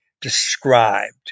described